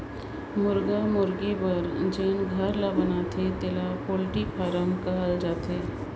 मुरगा मुरगी बर जेन घर ल बनाथे तेला पोल्टी फारम कहल जाथे